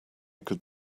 could